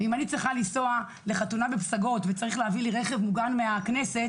אם אני צריכה לנסוע לחתונה בפסגות וצריך להביא לי רכב מוגן מהכנסת,